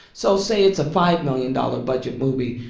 so say it's a five million dollars budget movie,